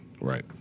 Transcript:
Right